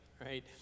right